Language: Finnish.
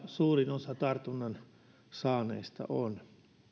suurin osa tartunnan saaneista on